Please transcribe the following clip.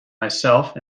myself